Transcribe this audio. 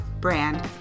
brand